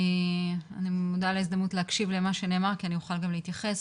אני מודה על ההזדמנות להקשיב למה שנאמר כי אני אוכל גם להתייחס.